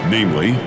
Namely